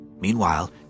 Meanwhile